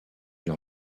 leur